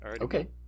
Okay